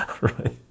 Right